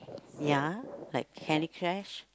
ya like Candy Crush